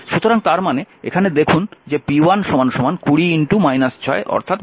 সুতরাং তার মানে এখানে দেখুন যে p1 20 অর্থাৎ 120 ওয়াট